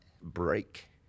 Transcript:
break